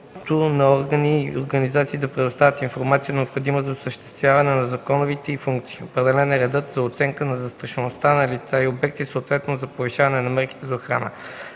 на органи и организации да й предоставят информация, необходима за осъществяване на законовите й функции. Определен е редът за оценка на застрашеността на лица и обекти, съответно – за повишаване на мерките за охрана.